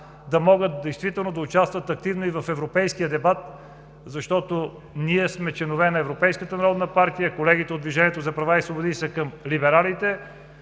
да участват активно и в европейския дебат. Ние сме членове на Европейската народна партия, колегите от „Движението за права и свободи“ са към либералите,